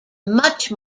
much